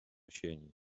sieni